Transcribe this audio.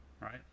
right